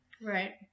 Right